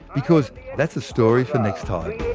because that's a story for next time